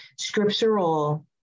scriptural